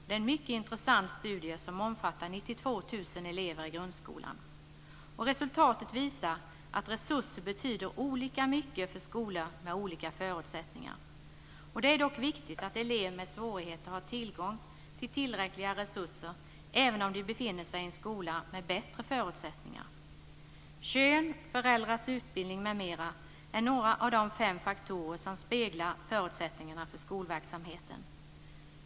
Det är en mycket intressant studie som omfattar 92 000 elever i grundskolan. Resultatet visar att resurser betyder olika mycket för skolor med olika förutsättningar. Det är dock viktigt att elever med svårigheter har tillgång till tillräckliga resurser, även om de befinner sig i en skola med bättre förutsättningar. Kön, föräldrars utbildning m.m. är några av de fem faktorer som speglar förutsättningarna för skolverksamheten.